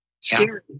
Scary